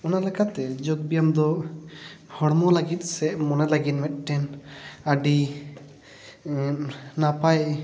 ᱚᱱᱟ ᱞᱮᱠᱟᱛᱮ ᱡᱳᱜᱽ ᱵᱮᱭᱟᱢ ᱫᱚ ᱦᱚᱲᱢᱚ ᱞᱟᱹᱜᱤᱫ ᱥᱮ ᱢᱚᱱᱮ ᱞᱟᱹᱜᱤᱫ ᱢᱤᱫᱴᱮᱱ ᱟᱹᱰᱤ ᱱᱟᱯᱟᱭ